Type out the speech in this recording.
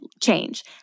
change